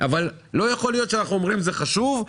אבל לא יכול להיות שאנחנו אומרים שזה חשוב,